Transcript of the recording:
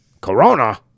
Corona